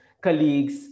colleagues